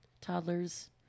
toddlers